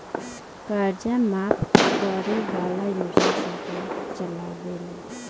कर्जा माफ करे वाला योजना सरकार चलावेले